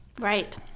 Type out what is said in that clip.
right